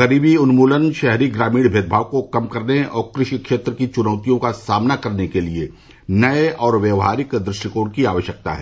गरीबी उन्मूलन शहरी ग्रामीण भेदभाव को कम करने और कृषि क्षेत्र की चुनौतियों का सामना करने के लिए नये और व्यवहारिक दृष्टिकोण की आवश्यकता है